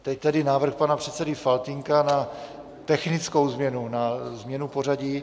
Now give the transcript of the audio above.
Teď tedy návrh pana předsedy Faltýnka na technickou změnu, na změnu pořadí.